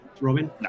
Robin